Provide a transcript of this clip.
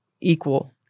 equal